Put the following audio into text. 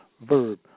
verb